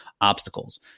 obstacles